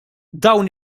dawn